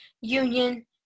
union